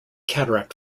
cataract